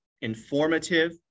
informative